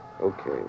Okay